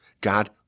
God